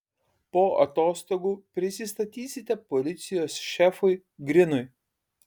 po atostogų prisistatysite policijos šefui grinui